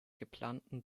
geplanten